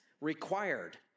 required